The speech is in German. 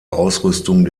ausrüstung